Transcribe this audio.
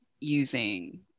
using